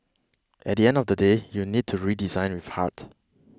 at the end of the day you need to redesign with heart